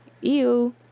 Ew